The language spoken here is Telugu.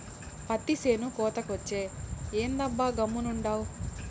పత్తి చేను కోతకొచ్చే, ఏందబ్బా గమ్మునుండావు